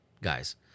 guys